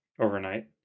overnight